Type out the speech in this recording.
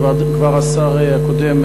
כבר השר הקודם,